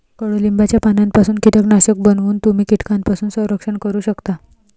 कडुलिंबाच्या पानांपासून कीटकनाशक बनवून तुम्ही कीटकांपासून संरक्षण करू शकता